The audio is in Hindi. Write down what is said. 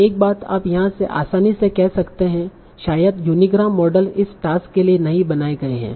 एक बात आप यहां से आसानी से कह सकते हैं शायद यूनीग्राम मॉडल इस टास्क के लिए नहीं बनाए गए हैं